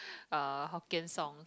uh Hokkien song